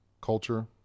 culture